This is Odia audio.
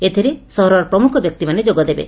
ଏଥିରେ ସହରର ପ୍ରମୁଖ ବ୍ୟକ୍ତିମାନେ ଯୋଗଦେବେ